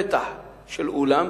פתח של אולם,